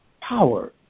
power